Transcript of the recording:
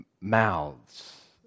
mouths